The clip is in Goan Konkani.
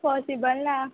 पॉसिबल ना